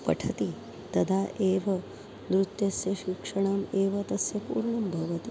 पठति तदा एव नृत्यस्य शिक्षणम् एव तस्य पूर्णं भवति